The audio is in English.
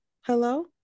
hello